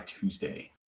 Tuesday